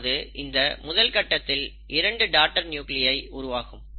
அதாவது இந்த முதல் கட்டத்தில் இரண்டு டாடர் நியூக்ளியய் உருவாகும்